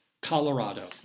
Colorado